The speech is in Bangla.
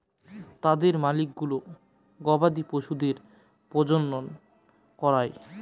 তাদের মালিকগুলো গবাদি পশুদের প্রজনন করায়